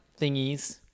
thingies